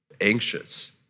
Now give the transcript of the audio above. anxious